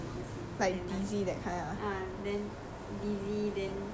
as in not black out lah 很容易 like faint 什么东西 then like